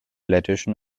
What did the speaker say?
lettischen